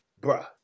Bruh